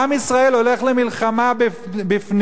עם ישראל הולך למלחמה בפנים,